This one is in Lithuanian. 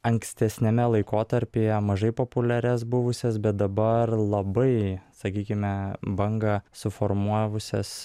ankstesniame laikotarpyje mažai populiarias buvusias bet dabar labai sakykime bangą suformavusias